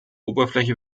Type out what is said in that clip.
oberfläche